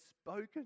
spoken